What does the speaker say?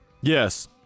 Yes